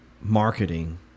marketing